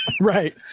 Right